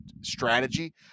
strategy